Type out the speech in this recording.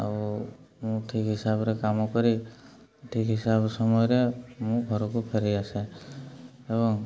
ଆଉ ମୁଁ ଠିକ୍ ହିସାବରେ କାମ କରି ଠିକ୍ ହିସାବ ସମୟରେ ମୁଁ ଘରକୁ ଫେରିଆସେ ଏବଂ